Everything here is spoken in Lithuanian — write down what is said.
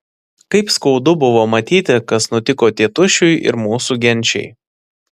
kaip skaudu buvo matyti kas nutiko tėtušiui ir mūsų genčiai